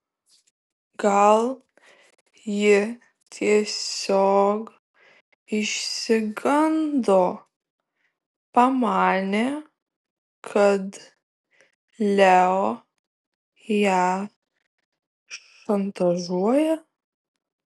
gal ji tiesiog išsigando pamanė kad leo ją šantažuoja